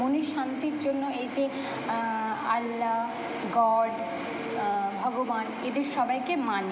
মনের শান্তির জন্য এই যে আল্লা গড ভগবান এদের সবাইকে মানে